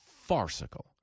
farcical